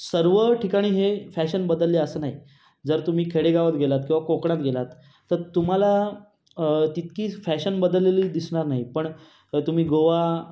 सर्व ठिकाणी हे फॅशन बदलले असं नाही जर तुम्ही खेडेगावात गेलात किंवा कोकणात गेलात तर तुम्हाला तितकीच फॅशन बदललेली दिसणार नाही पण तुम्ही गोवा